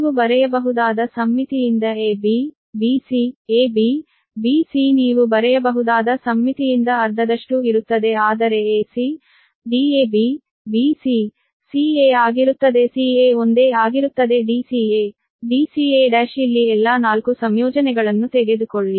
ನೀವು ಬರೆಯಬಹುದಾದ ಸಮ್ಮಿತಿಯಿಂದ ab bc ab bc ನೀವು ಬರೆಯಬಹುದಾದ ಸಮ್ಮಿತಿಯಿಂದ ಅರ್ಧದಷ್ಟು ಇರುತ್ತದೆ ಆದರೆ ac Dab bc ca ಆಗಿರುತ್ತದೆ ca ಒಂದೇ ಆಗಿರುತ್ತದೆ dca dca1 ಇಲ್ಲಿ ಎಲ್ಲಾ 4 ಸಂಯೋಜನೆಗಳನ್ನು ತೆಗೆದುಕೊಳ್ಳಿ